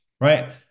right